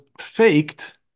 faked